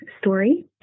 story